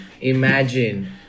imagine